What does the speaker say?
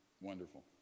wonderful